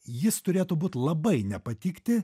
jis turėtų būt labai nepatikti